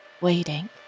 waiting